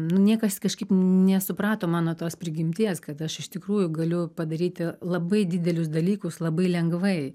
nu niekas kažkaip nesuprato mano tos prigimties kad aš iš tikrųjų galiu padaryti labai didelius dalykus labai lengvai